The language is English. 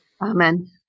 Amen